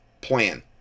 plan